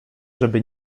żeby